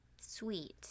sweet